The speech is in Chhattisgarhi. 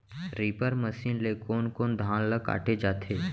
रीपर मशीन ले कोन कोन धान ल काटे जाथे?